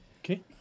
okay